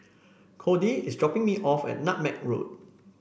Codey is dropping me off at Nutmeg Road